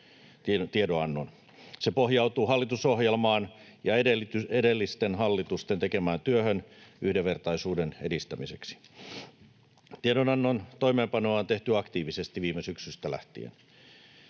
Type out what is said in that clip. Se pohjautuu hallitusohjelmaan ja edellisten hallitusten tekemään työhön yhdenvertaisuuden edistämiseksi. Tiedonannon toimeenpanoa on tehty aktiivisesti viime syksystä lähtien.